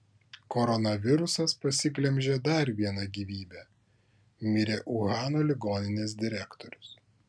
koronavirusas pasiglemžė dar vieną gyvybę mirė uhano ligoninės direktorius